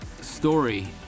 story